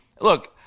look